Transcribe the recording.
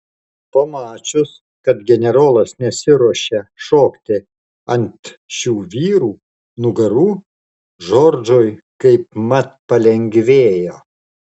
pamačius kad generolas nesiruošia šokti ant šių vyrų nugarų džordžui kaipmat palengvėjo